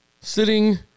Sitting